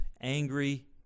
angry